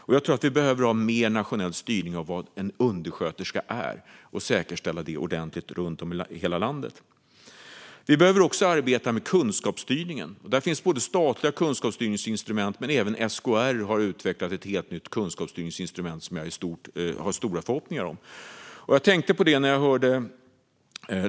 Och jag tror att vi behöver ha mer nationell styrning av vad en undersköterska är och säkerställa det ordentligt i hela landet. Vi behöver också arbeta med kunskapsstyrningen. Det finns statliga kunskapsstyrningsinstrument, men även SKR har utvecklat ett helt nytt kunskapsstyrningsinstrument som jag har stora förhoppningar om.